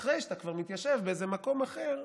אחרי שאתה כבר מתיישב באיזה מקום אחר,